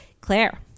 Claire